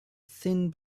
thin